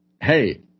Hey